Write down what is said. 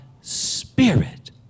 spirit